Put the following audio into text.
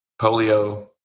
Polio